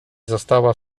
została